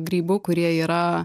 grybų kurie yra